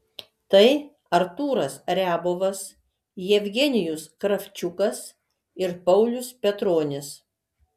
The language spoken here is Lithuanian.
tai artūras riabovas jevgenijus kravčiukas ir paulius petronis